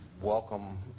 welcome